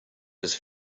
his